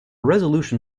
resolution